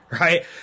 Right